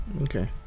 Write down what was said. Okay